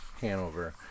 Hanover